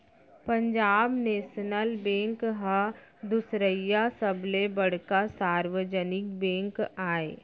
Punjab national bank ह दुसरइया सबले बड़का सार्वजनिक बेंक आय